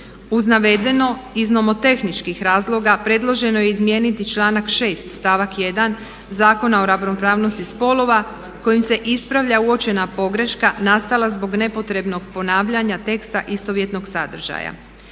Uz navedeno iz nomotehničkih razloga predloženo je izmijeniti članak 6. stavak 1. Zakona o ravnopravnosti spolova kojim se ispravlja uočena pogreška nastala zbog nepotrebnog ponavljanja teksta istovjetnog sadržaja.